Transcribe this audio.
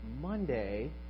Monday